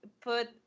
put